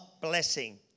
blessing